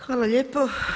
Hvala lijepo.